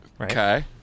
Okay